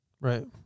right